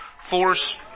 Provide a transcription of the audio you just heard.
force